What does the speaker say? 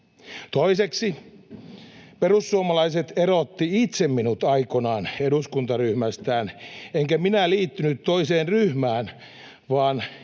Toiseksi, perussuomalaiset erotti itse minut aikoinaan eduskuntaryhmästään, enkä minä liittynyt toiseen ryhmään, vaan